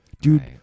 Dude